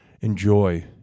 Enjoy